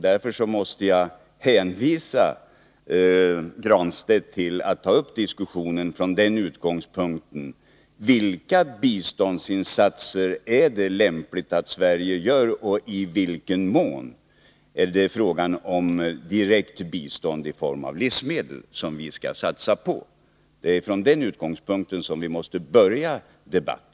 Därför måste jag hänvisa Pär Granstedt till att ta upp diskussion med utgångspunkt i frågorna: Vilka biståndsinsatser är det lämpligt att Sverige gör? I vilken mån måste vi satsa på direkt bistånd i form av livsmedel? Det är från den utgångspunkten vi måste börja debatten.